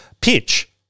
pitch